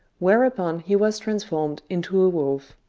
whereupon he was transformed into a wolf.